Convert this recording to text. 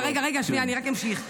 רגע, שנייה, אני רק אמשיך.